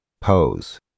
pose